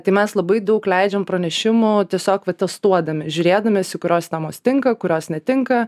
tai mes labai daug leidžiam pranešimų tiesiog va testuodami žiūrėdamiesi į kuriuos namus tinka į kuriuos netinka